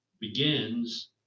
begins